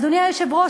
אדוני היושב-ראש,